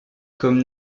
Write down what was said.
comme